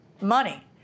money